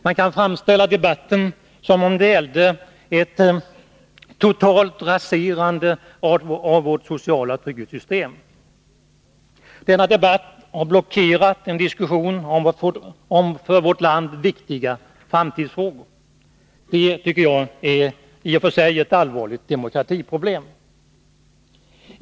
Man kan föra debatten som om det gällde ett totalt raserande av vårt sociala trygghetssystem. Denna debatt har blockerat en diskussion om för vårt land viktiga framtidsfrågor. Det är i och för sig ett allvarligt demokratiproblem.